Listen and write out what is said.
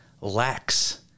lacks